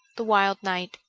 the wild knight